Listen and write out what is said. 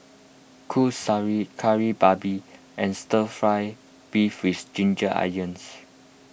Kuih Syara Kari Babi and Stir Fry Beef with Ginger Onions